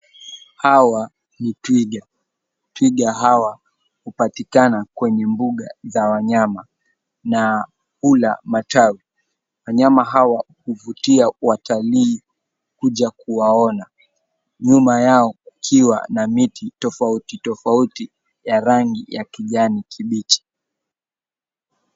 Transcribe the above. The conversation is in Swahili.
Hawa ni twiga, Twiga hawa hupatikana kwenye mbuga za wanyama na hula matawi, wanyama hawa uvutia watalii kuja kuwaona ,nyuma yao ukiwa na miti tofauti tofauti ya rangi ya kijani kibichi.